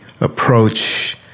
approach